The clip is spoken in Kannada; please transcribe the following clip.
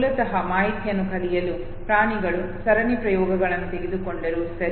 ಮೂಲತಃ ಮಾಹಿತಿಯನ್ನು ಕಲಿಯಲು ಪ್ರಾಣಿಗಳು ಸರಣಿ ಪ್ರಯೋಗಗಳನ್ನು ತೆಗೆದುಕೊಂಡರೂ ಸರಿ